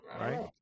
right